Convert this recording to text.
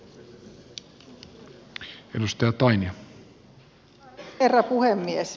arvoisa herra puhemies